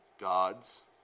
God's